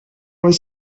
was